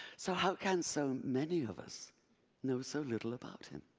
so how can so many of us know so little about him?